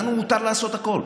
לנו מותר לעשות הכול.